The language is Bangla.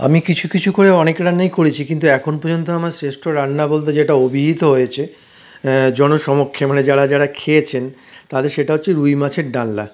আমি কিছু কিছু করে অনেক রান্নাই করেছি কিন্তু এখন পর্যন্ত আমার শ্রেষ্ঠ রান্না বলতে যেটা অভিহিত হয়েছে জনসমক্ষে মানে যারা যারা খেয়েছেন তাদের সেটা হচ্ছে রুই মাছের ডালনা